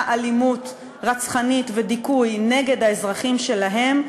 אלימות רצחנית ודיכוי נגד האזרחים שלהם,